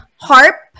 HARP